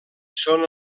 són